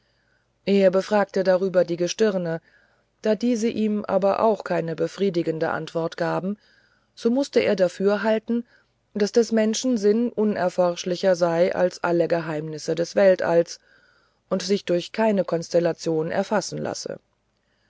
er befragte darüber die gestirne da diese ihm aber auch keine befriedigende antwort gaben so mußte er dafürhalten daß des menschen sinn unerforschlicher sei als alle geheimnisse des weltalls und sich durch keine konstellation erfassen lasse